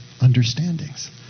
understandings